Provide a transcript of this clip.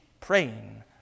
praying